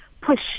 push